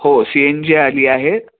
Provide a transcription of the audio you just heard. हो C N G आली आहेत